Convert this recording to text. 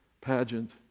pageant